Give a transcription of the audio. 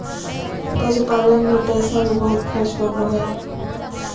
पशुपालन मे पैसा भी बहुत खर्च होवो हय